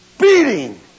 beating